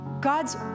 God's